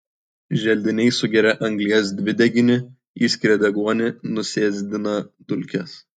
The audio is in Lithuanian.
želdiniai sugeria anglies dvideginį išskiria deguonį nusėsdina dulkes